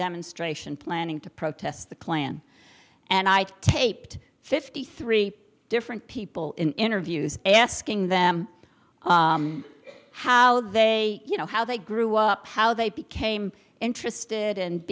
demonstration planning to protest the klan and i taped fifty three different people in interviews asking them how they you know how they grew up how they became interested